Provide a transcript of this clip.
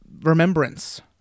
remembrance